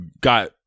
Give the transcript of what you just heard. got